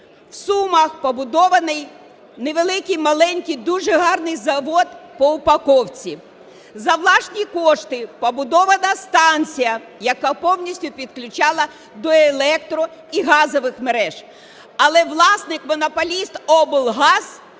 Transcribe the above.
В Сумах побудований невеликий, маленький, дуже гарний завод по упаковці. За власні кошти побудована станція, яка повністю підключала до електро- і газових мереж. Але власник монополіст облгаз